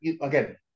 again